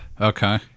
Okay